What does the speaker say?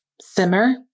simmer